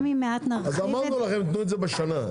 גם אם מעט נרחיב את זה --- אמרנו לכם שתיתנו את זה בשנה,